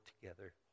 together